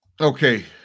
Okay